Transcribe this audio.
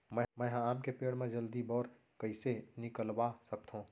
मैं ह आम के पेड़ मा जलदी बौर कइसे निकलवा सकथो?